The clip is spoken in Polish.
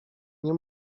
nie